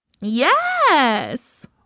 Yes